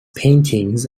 paintings